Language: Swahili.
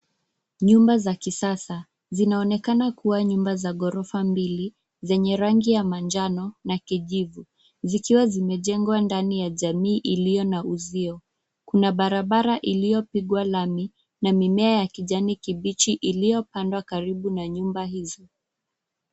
Nyumba za kisasa zinaonekana kuwa nyumba za ghorofa mbili, zenye rangi ya manjano na kijivu. Zikiwa zimejengwa ndani ya jamii iliyo na uzio. Kuna barabara iliyopigwa lami na mimea ya kijani kibichi iliyopandwa karibu na nyumba hizo.